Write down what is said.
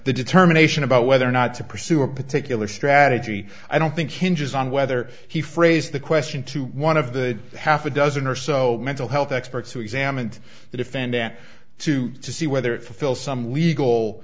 the determination about whether or not to pursue a particular strategy i don't think hinges on whether he phrased the question to one of the half a dozen or so mental health experts who examined the defendant too to see whether it fulfill some legal